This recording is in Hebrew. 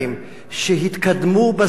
שהתקדמו בשדרה,